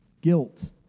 guilt